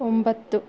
ಒಂಬತ್ತು